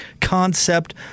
concept